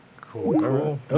Cool